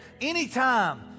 anytime